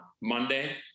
Monday